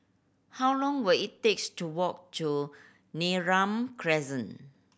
how long will it takes to walk to Neram Crescent